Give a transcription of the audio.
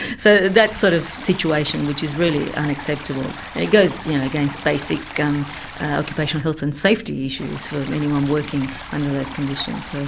so that sort of situation, which is really unacceptable, and it goes yeah against basic um occupational health and safety issues for anyone working under those conditions. so